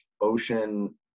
ocean